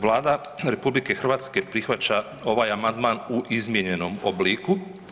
Vlada REH prihvaća ovaj amandman u izmijenjenom obliku.